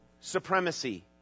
supremacy